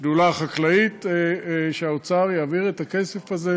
השדולה החקלאית, שהאוצר יעביר את הכסף הזה,